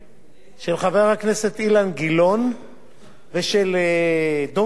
של חבר הכנסת אילן גילאון ושל חברי הכנסת דב חנין,